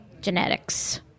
genetics